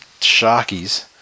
Sharkies